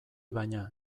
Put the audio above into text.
baina